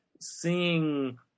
seeing